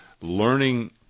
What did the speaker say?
learning